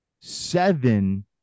seven